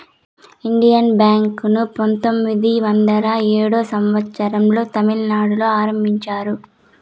Indian Bank ను పంతొమ్మిది వందల ఏడో సంవచ్చరం లో తమిళనాడులో ఆరంభించారు